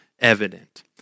evident